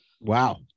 Wow